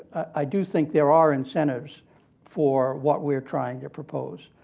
i do think there are incentives for what were trying to propose.